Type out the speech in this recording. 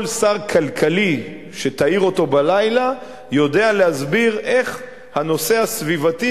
כל שר כלכלי שתעיר אותו בלילה יודע להסביר איך הנושא הסביבתי,